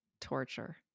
torture